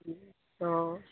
অঁ